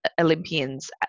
Olympians